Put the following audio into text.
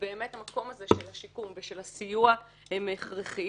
ובאמת המקום הזה של השיקום ושל הסיוע הוא הכרחי.